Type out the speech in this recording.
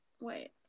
Wait